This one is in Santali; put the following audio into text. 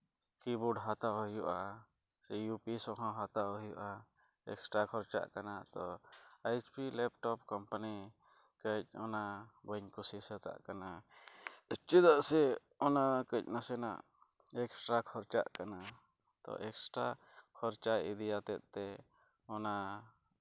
ᱠᱤ ᱵᱳᱰ ᱦᱟᱛᱟᱣ ᱦᱩᱭᱩᱜᱼᱟ ᱥᱮ ᱤᱭᱩ ᱯᱤ ᱮᱥ ᱦᱚᱸ ᱦᱟᱛᱟᱣ ᱦᱩᱭᱩᱜᱼᱟ ᱮᱠᱥᱴᱨᱟ ᱠᱷᱚᱨᱪᱟᱜ ᱠᱟᱱᱟ ᱛᱚ ᱮᱭᱤᱪ ᱯᱤ ᱞᱮᱯᱴᱚᱯ ᱠᱳᱢᱯᱟᱱᱤ ᱚᱱᱟ ᱠᱟᱹᱡ ᱵᱟᱹᱧ ᱠᱩᱥᱤ ᱥᱟᱹᱛᱟᱜ ᱠᱟᱱᱟ ᱪᱮᱫᱟᱜ ᱥᱮ ᱚᱱᱟ ᱠᱟᱹᱡ ᱱᱟᱥᱮᱱᱟᱜ ᱮᱠᱥᱴᱨᱟ ᱠᱷᱚᱨᱪᱟᱜ ᱠᱟᱱᱟ ᱛᱚ ᱮᱠᱥᱴᱨᱟ ᱠᱷᱚᱨᱪᱟ ᱤᱫᱤᱭᱟᱛᱮ ᱛᱮ ᱚᱱᱟ